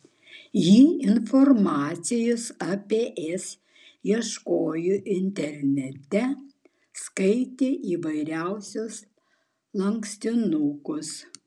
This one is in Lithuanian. ji informacijos apie es ieškojo internete skaitė įvairiausius lankstinukus